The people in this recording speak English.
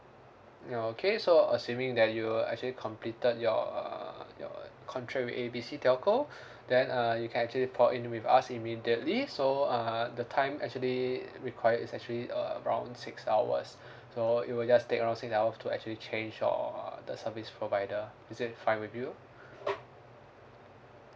uh okay so assuming that you uh actually completed your uh your contract with A B C telco then uh you can actually port in with us immediately so err the time actually required is actually around six hours so it will just take around six hours to actually change your the service provider is it fine with you